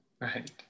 Right